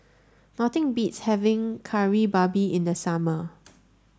nothing beats having Kari Babi in the summer